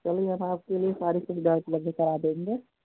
चलिए हम आप के लिए सारी सुविधाएँ उपलब्ध करा देंगे